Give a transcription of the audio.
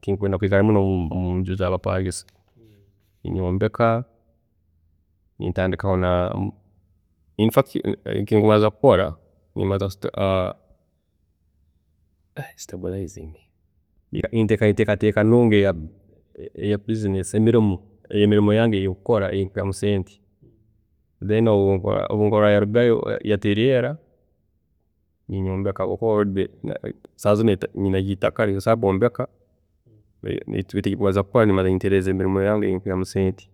tinkwenda kwikala muno munju zaabapangisa. Ninyombeka, nintandikaho na, infact ekinkubanza kukola nimbaaza ku teekaho enteekateeka nungi eyemilimo ya business, emilimo yange eyinkukola eyinyihamu sente. Then obunkulola yarugayo yatereera, ninyombeka habwokuba already saaha zinu nyinaho eitaka nsobola kwombeka, beitu ekinkubanza kukola nimbaanza nintereeza emilimo yange eyi nyihamu sente.